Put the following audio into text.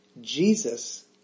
Jesus